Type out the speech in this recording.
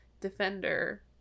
defender